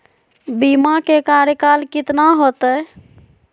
बीमा के कार्यकाल कितना होते?